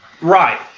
Right